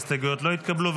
ההסתייגויות לא התקבלו.